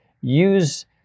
use